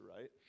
right